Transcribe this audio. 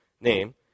name